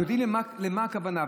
ויודעים למה הכוונה.